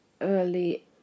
early